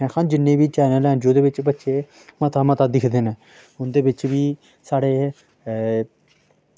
में आक्खां जिन्ने बी चैनल हैन न जेह्दे बिच्च बच्चे मता मता दिक्खदे न उं'दे बिच्च बी साढ़े